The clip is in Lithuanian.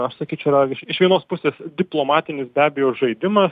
aš sakyčiau yra iš iš vienos pusės diplomatinis be abejo žaidimas